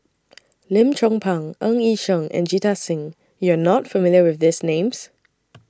Lim Chong Pang Ng Yi Sheng and Jita Singh YOU Are not familiar with These Names